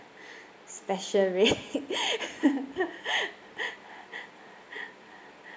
special rate